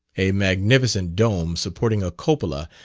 a magnificent dome, supporting a cupola,